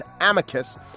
Amicus